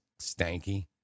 stanky